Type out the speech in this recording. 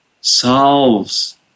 solves